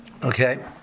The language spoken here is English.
Okay